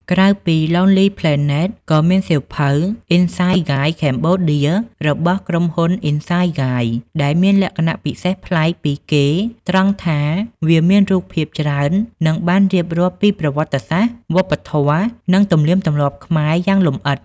ក្រៅពី Lonely Planet ក៏មានសៀវភៅ Insight Guides Cambodia របស់ក្រុមហ៊ុន Insight Guides ដែលមានលក្ខណៈពិសេសប្លែកពីគេត្រង់ថា វាមានរូបភាពច្រើន និងបានរៀបរាប់ពីប្រវត្តិសាស្ត្រ វប្បធម៌ និងទំនៀមទម្លាប់ខ្មែរយ៉ាងលម្អិត។